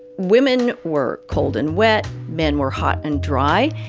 women were cold and wet, men were hot and dry.